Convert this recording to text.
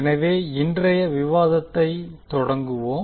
எனவே இன்றைய விவாதத்தை தொடங்குவோம்